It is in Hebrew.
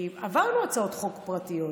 כי העברנו הצעות חוק פרטיות.